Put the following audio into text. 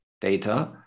data